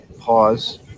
Pause